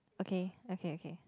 okay okay okay